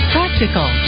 Practical